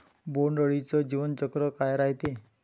बोंड अळीचं जीवनचक्र कस रायते?